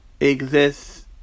exists